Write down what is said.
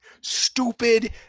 Stupid